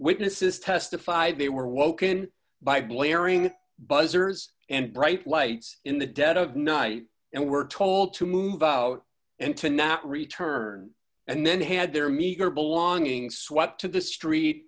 witnesses testified they were woken by blaring buzzers and bright lights in the dead of night and were told to move out and to not return and then had their meager belongings swept to the street